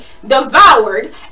devoured